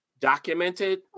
documented